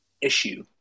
issue